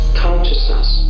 consciousness